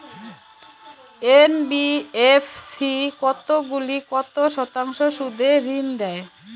NBFC কতগুলি কত শতাংশ সুদে ঋন দেয়?